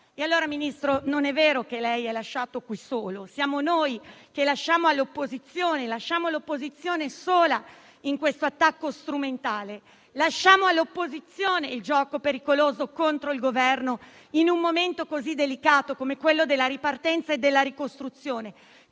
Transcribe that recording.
Signor Ministro, non è vero che lei qui è lasciato solo. Siamo noi che lasciamo l'opposizione sola in questo attacco strumentale e lasciamo all'opposizione il gioco pericoloso contro il Governo, in un momento così delicato, come quello della ripartenza e della ricostruzione.